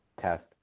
test